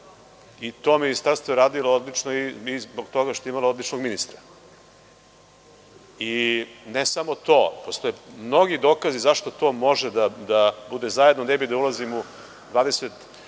i to ministarstvo je radilo odlično zbog toga što je imalo odličnog ministra. Ne samo to. Postoje mnogi dokazi zašto to može da bude zajedno. Ne bih da za minut i 20